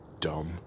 Dumb